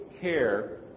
care